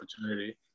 opportunity